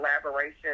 collaboration